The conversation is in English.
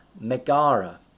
Megara